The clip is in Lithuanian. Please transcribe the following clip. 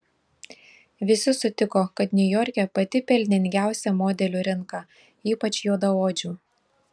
visi sutiko kad niujorke pati pelningiausia modelių rinka ypač juodaodžių